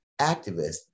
activists